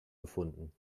gefunden